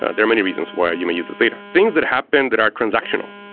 ah there are many reasons why you may use this data. things that happen that are transactional.